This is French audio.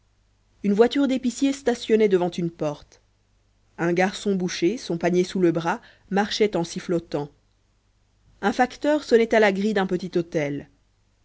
une voiture d'épicier stationnait devant une porte un garçon boucher son panier sous le bras marchait en sifflotant un facteur sonnait à la grille d'un petit hôtel